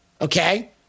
Okay